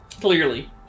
Clearly